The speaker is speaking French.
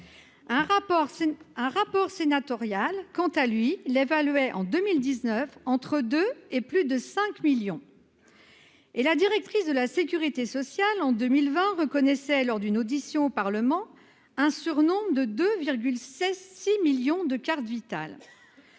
un rapport sénatorial quant à lui l'évaluait, en 2019 entre deux et plus de 5 millions et la directrice de la sécurité sociale en 2020, reconnaissait lors d'une audition au Parlement un surnombre de de 16 6 millions de cartes vitales